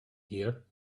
here